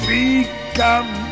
become